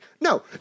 no